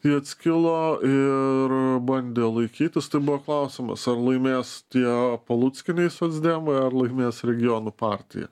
ji atskilo ir bandė laikytis tai buvo klausimas ar laimės tie paluckiniai socdemai ar laimės regionų partija